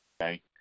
okay